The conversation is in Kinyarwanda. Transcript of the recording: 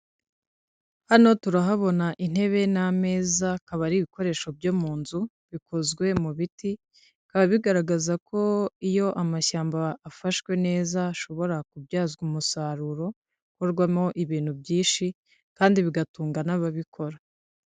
Hano turahabona intebe n'ameza akaba ari ibikoresho byo mu nzu bikozwe mu biti bikaba bigaragaza ko iyo amashyamba afashwe neza ashobora kubyazwa umusaruro ukorwamo ibintu byinshi kandi bigatunga n'ababikora.